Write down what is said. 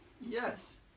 Yes